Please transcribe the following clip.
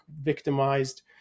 victimized